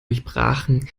durchbrachen